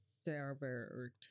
server